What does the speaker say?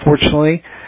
unfortunately